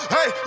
Hey